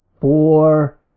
four